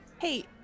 Hey